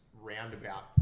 roundabout